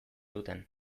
duten